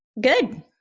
Good